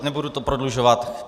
Nebudu to prodlužovat.